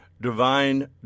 divine